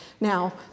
Now